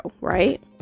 right